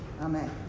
Amen